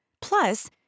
Plus